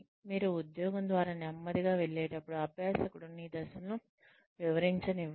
మీరు ఉద్యోగం ద్వారా నెమ్మదిగా వెళ్లేటప్పుడు అభ్యాసకుడు నీ దశలను వివరించనివ్వండి